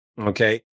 Okay